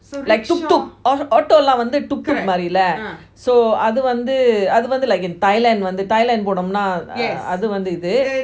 like tuk tuk off au~ auto லாம் வந்து:lam vanthu tuk tuk மாரில:maaarila so அது வந்து அது வந்து:athu vanthu athu vanthu like the thailand one the thailand